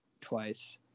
twice